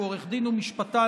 שהוא עורך דין ומשפטן,